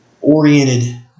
oriented